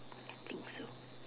I think so